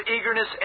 eagerness